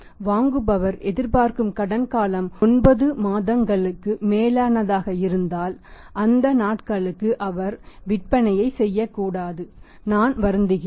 வாங்குபவர் எதிர்பார்க்கும் கடன் காலம் ஒன்பது மாதங்களுக்கும மேலானதாக இருந்தாள் அந்த நாட்களுக்கு அவர் விற்பனை செய்யக்கூடாது நான் வருந்துகிறேன்